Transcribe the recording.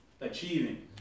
achieving